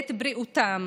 ואת בריאותם,